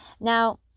Now